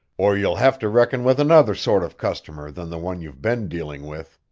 or you'll have to reckon with another sort of customer than the one you've been dealing with.